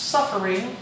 Suffering